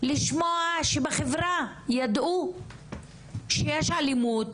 לשמוע שבחברה ידעו שיש אלימות